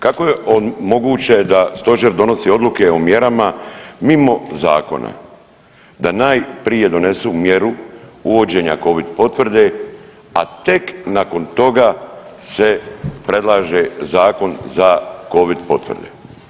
Kako je moguće da stožer donosi odluke o mjerama mimo zakona da najprije donesu mjeru uvođenja Covid potvrde, a tek nakon toga se predlaže zakon za Covid potvrde?